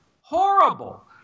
horrible